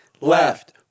Left